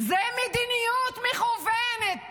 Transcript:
זו מדיניות מכוונת